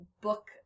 book